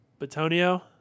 Batonio